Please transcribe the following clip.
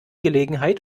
gelegenheit